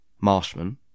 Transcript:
Marshman